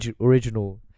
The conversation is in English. original